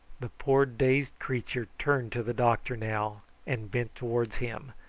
the poor dazed creature turned to the doctor now, and bent towards him,